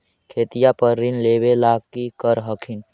खेतिया पर ऋण लेबे ला की कर हखिन?